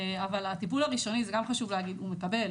אבל הטיפול הראשוני, זה גם חשוב להגיד, הוא מקבל.